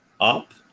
up